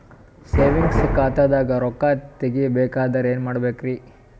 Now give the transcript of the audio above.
Savings ಖಾತಾದಾಗ ರೊಕ್ಕ ತೇಗಿ ಬೇಕಾದರ ಏನ ಮಾಡಬೇಕರಿ?